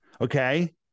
okay